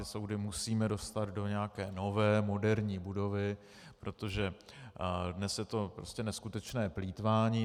Soudy musíme dostat do nějaké nové moderní budovy, protože dnes je to prostě neskutečné plýtvání.